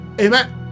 amen